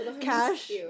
Cash